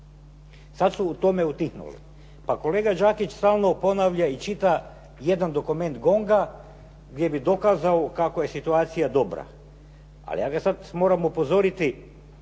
Sad su u tome utihnuli. Pa kolega Đakić stalno ponavlja i čita jedan dokument GONG-a gdje bi dokazao kako je situacija dobra. Ali ja ga sad moram upozoriti